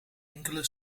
enkele